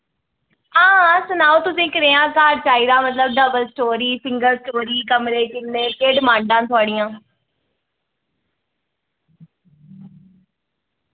हां सनाओ तुसें कनेहा घर चाहिदा मतलब डबल स्टोरी सिंगल स्टोरी कमरे किन्ने केह् डिमांडां न थुआढ़ियां